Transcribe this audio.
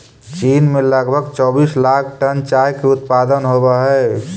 चीन में लगभग चौबीस लाख टन चाय के उत्पादन होवऽ हइ